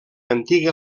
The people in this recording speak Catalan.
antiga